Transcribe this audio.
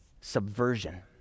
subversion